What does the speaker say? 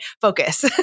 focus